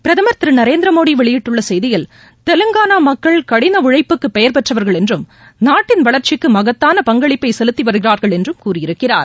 பிரதமர் திரு மோடி வெளியிட்டுள்ள செய்தியில் தெலுங்கானா மக்கள் கடின உழைப்புக்கு பெயர்பெற்றவர்கள் என்றும் நாட்டின் வளர்ச்சிக்கு மகத்தான பங்களிப்பை செலுத்தி வருகிறார்கள் என்றும் கூறியிருக்கிறார்